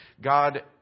God